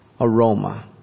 aroma